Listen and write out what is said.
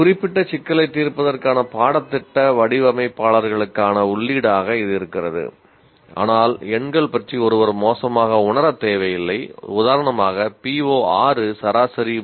அந்த குறிப்பிட்ட சிக்கலைத் தீர்ப்பதற்கான பாடத்திட்ட வடிவமைப்பாளர்களுக்கான உள்ளீடாக இது இருக்கிறது ஆனால் எண்கள் பற்றி ஒருவர் மோசமாக உணரத் தேவையில்லை உதாரணமாக PO 6 சராசரி 0